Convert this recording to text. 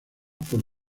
por